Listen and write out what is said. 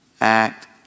act